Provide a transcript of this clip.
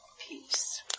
peace